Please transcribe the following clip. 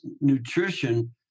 nutrition